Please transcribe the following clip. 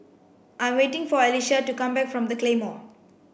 I'm waiting for Alecia to come back from the Claymore